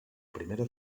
primera